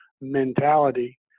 mentality